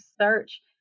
search